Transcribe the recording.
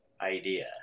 idea